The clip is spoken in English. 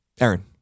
Aaron